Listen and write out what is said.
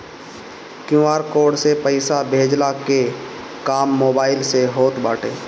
QR code से पईसा भेजला के काम मोबाइल से होत बाटे